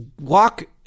Walk